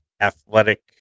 athletic